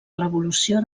revolució